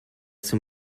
zum